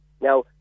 Now